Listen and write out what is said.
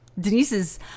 Denise's